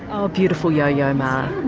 oh beautiful yo yo ma,